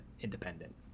independent